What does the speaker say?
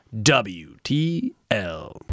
WTL